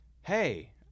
hey